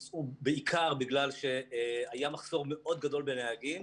בעיקר בגלל שהיה מחסור מאוד גדול בנהגים.